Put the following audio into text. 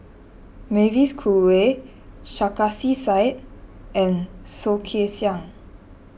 Mavis Khoo Oei Sarkasi Said and Soh Kay Siang